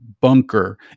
bunker